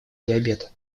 диабета